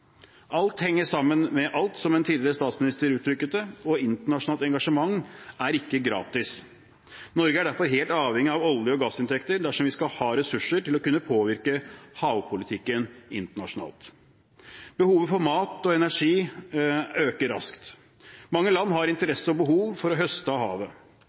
Alt henger sammen med alt, som en tidligere statsminister uttrykte det, og internasjonalt engasjement er ikke gratis. Norge er derfor helt avhengig av olje- og gassinntekter dersom vi skal ha ressurser til å kunne påvirke havpolitikken internasjonalt. Behovet for mat og energi øker raskt. Mange land har interesse og behov for å høste av havet.